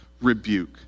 rebuke